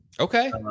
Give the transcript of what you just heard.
Okay